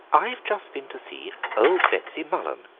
i've just been to see old betsy mullen,